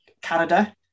Canada